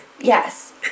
Yes